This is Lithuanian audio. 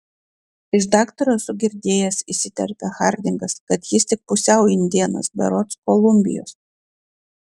iš daktaro esu girdėjęs įsiterpia hardingas kad jis tik pusiau indėnas berods kolumbijos